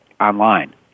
online